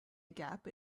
gap